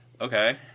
Okay